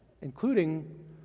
including